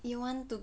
you want to